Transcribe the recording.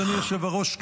אדוני היושב-ראש,